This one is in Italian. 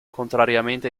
contrariamente